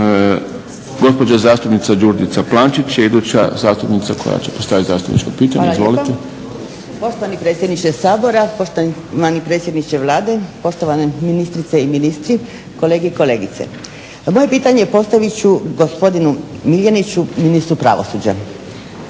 Gospođa zastupnica Đurđica Plančić je iduća zastupnica koja će postaviti zastupničko pitanje. Izvolite. **Plančić, Đurđica (SDP)** Hvala lijepa. Poštovani predsjedniče Sabora, poštovani predsjedniče Vlade, poštovane ministrice i ministri, kolege i kolegice. Moje pitanje postavit ću gospodinu Miljeniću ministru pravosuđa.